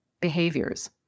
behaviors